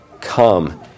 come